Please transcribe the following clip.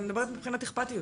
אני מדברת מבחינת אכפתיות.